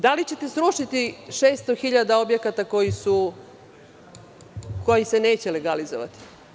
Da li ćete srušiti 600 hiljada objekata koji se neće legalizovati?